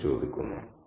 മുത്തശ്ശി ചോദിക്കുന്നു